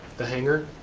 the henger?